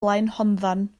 blaenhonddan